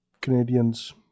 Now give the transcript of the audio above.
Canadians